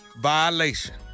violation